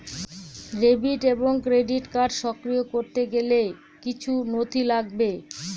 Debit এবং credit card সক্রিয় করতে গেলে কিছু নথি লাগবে?